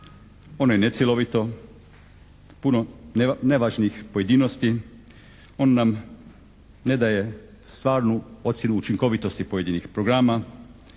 ono je necjelovito, puno nevažnih pojedinosti, ono nam ne daje stvarnu ocjenu učinkovitosti pojedinih programa,